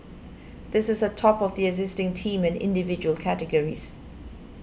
this is on top of the existing Team and Individual categories